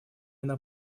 она